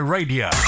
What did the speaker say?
Radio